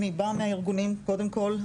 אני באה מהארגונים קודם כל,